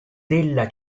della